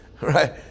right